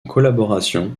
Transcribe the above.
collaboration